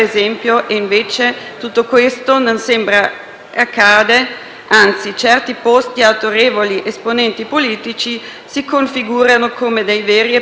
accade, anzi: certi *post* di autorevoli esponenti politici si configurano come dei veri e propri inviti alla discriminazione di genere.